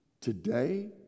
Today